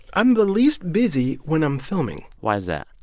i'm the least busy when i'm filming why is that?